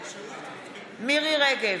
בעד מירי מרים רגב,